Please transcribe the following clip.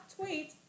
tweet